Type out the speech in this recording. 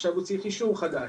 עכשיו הוא צריך אישור חדש,